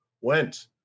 went